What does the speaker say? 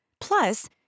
Plus